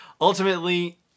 Ultimately